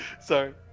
Sorry